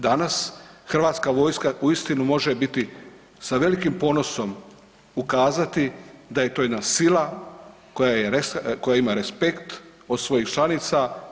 Danas hrvatska vojska uistinu može biti sa velikim ponosom ukazati da je to jedna sila koja ima respekt od svojih članica.